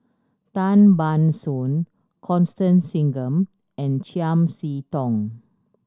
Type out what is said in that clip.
Tan Ban Soon Constance Singam and Chiam See Tong